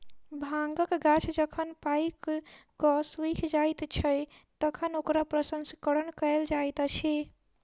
भांगक गाछ जखन पाइक क सुइख जाइत छै, तखन ओकरा प्रसंस्करण कयल जाइत अछि